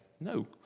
no